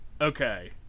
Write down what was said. Okay